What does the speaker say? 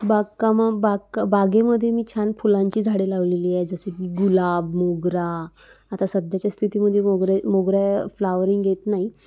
बागकाम बागका बागेमध्ये मी छान फुलांची झाडे लावलेली आहे जसे की गुलाब मोगरा आता सध्याच्या स्थितीमध्ये मोगरा मोगऱ्या फ्लावरिंग येत नाही